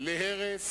להרס